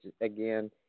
again